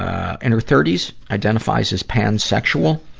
ah, in her thirty s, identifies as pansexual,